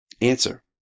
Answer